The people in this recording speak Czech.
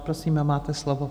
Prosím, máte slovo.